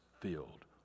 filled